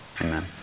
Amen